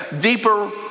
deeper